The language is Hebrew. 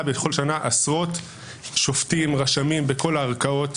בכל שנה עשרות שופטים רשמים בכל הערכאות,